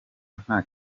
nta